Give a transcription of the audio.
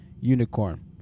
Unicorn